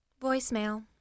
Voicemail